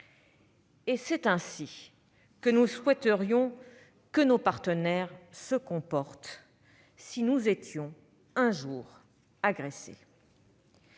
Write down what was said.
et c'est ainsi que nous souhaiterions que nos partenaires se comportent si nous étions un jour agressés.